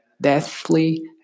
deathly